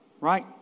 right